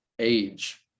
age